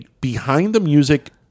behind-the-music